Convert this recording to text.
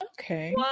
Okay